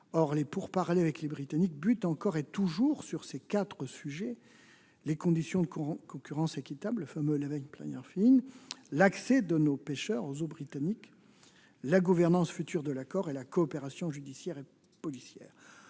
Les pourparlers avec les Britanniques butent encore et toujours sur ces quatre sujets : les conditions d'une concurrence équitable- le fameux -, l'accès de nos pêcheurs aux eaux britanniques, la gouvernance future de l'accord et la coopération judiciaire et policière.